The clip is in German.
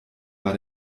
war